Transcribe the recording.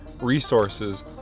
resources